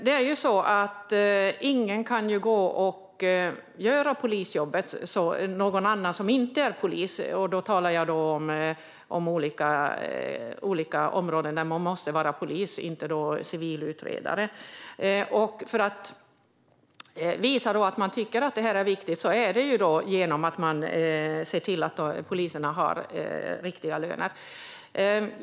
Ingen annan än den som är polis kan göra polisjobbet. Då talar jag alltså om olika områden där man måste vara polis och inte civilutredare. För att visa att man tycker att detta är viktigt ska man se till att poliserna har riktiga löner.